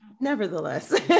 nevertheless